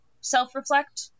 self-reflect